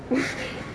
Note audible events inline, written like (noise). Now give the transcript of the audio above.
(laughs)